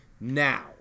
Now